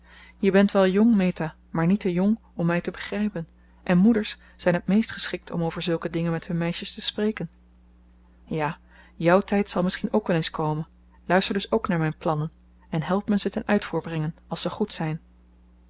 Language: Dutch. je bent wel jong meta maar niet te jong om mij te begrijpen en moeders zijn het meest geschikt om over zulke dingen met hun meisjes te spreken ja jouw tijd zal misschien ook wel eens komen luister dus ook naar mijn plannen en help me ze ten uitvoer brengen als ze goed zijn